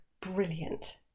brilliant